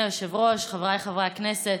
אדוני היושב-ראש, חבריי חברי הכנסת,